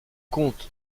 compte